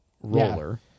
roller